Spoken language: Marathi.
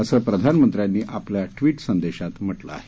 असं प्रधानमंत्र्यांनी आपल्या ट्वीट संदेशात म्हटलं आहे